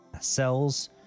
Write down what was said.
Cells